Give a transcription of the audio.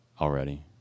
already